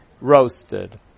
roasted